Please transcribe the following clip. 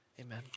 amen